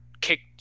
kicked